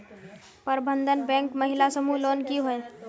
प्रबंधन बैंक महिला समूह लोन की होय?